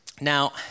Now